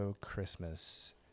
Christmas